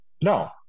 No